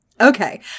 Okay